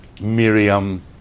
miriam